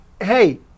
hey